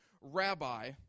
rabbi